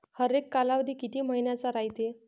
हरेक कालावधी किती मइन्याचा रायते?